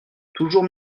toujours